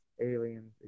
aliens